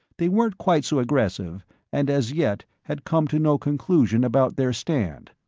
they weren't quite so aggressive and as yet had come to no conclusion about their stand.